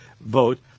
vote